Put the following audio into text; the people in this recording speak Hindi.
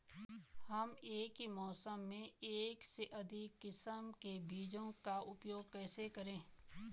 हम एक ही मौसम में एक से अधिक किस्म के बीजों का उपयोग कैसे करेंगे?